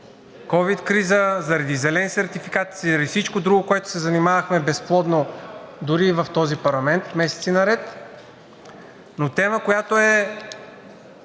ковид криза, заради зелен сертификат, заради всичко друго, с което се занимавахме безплодно дори и в този парламент месеци наред, но тема, която е